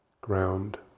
ground